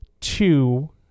two